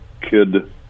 kid